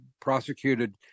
prosecuted